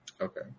Okay